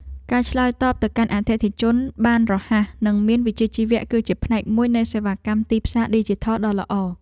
ការឆ្លើយតបទៅកាន់អតិថិជនបានរហ័សនិងមានវិជ្ជាជីវៈ គឺជាផ្នែកមួយនៃសេវាកម្មទីផ្សារឌីជីថលដ៏ល្អ។